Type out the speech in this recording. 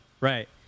Right